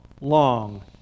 long